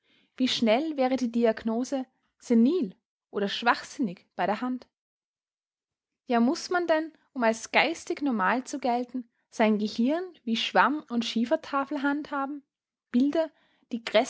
wie schnell wäre die diagnose senil oder schwachsinnig bei der hand ja muß man denn um als geistig normal zu gelten sein gehirn wie schwamm und schiefertafel handhaben bilder die